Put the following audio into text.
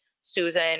susan